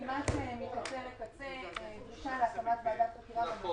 כמעט מקצה אל קצה יש דרישה להקמת ועדת חקירה ממלכתית.